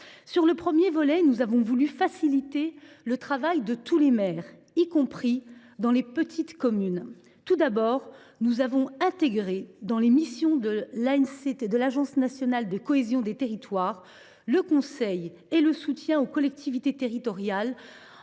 Sur le premier volet, nous avons souhaité faciliter le travail de tous les maires, y compris dans les petites communes. Tout d’abord, nous avons intégré dans les missions de l’Agence nationale de la cohésion des territoires (ANCT) le conseil et le soutien aux collectivités territoriales